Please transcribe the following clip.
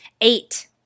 Eight